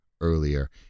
earlier